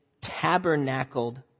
tabernacled